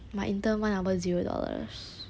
my intern one hour zero dollars